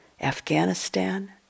Afghanistan